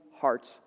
hearts